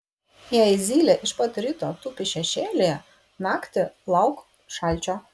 jei zylė iš pat ryto tupi šešėlyje naktį lauk šalčio